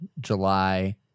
July